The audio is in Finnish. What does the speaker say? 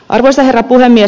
arvoisa herra puhemies